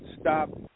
stop